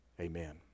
Amen